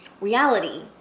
reality